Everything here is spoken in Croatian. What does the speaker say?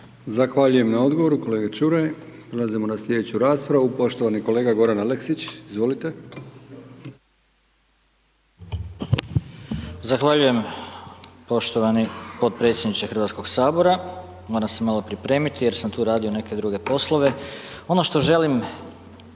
Zahvaljujem na odgovoru, kolega Čuraj. Prelazimo na sljedeću raspravu. Poštovani kolega Goran Aleksić, izvolite. **Aleksić, Goran (SNAGA)** Zahvaljujem poštovani potpredsjedniče HS-a. Moram se malo pripremiti jer sam tu radio neke druge poslove. Ono što želim